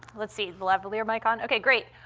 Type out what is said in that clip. let's see. is the lavalier mic on? okay, great.